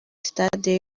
stade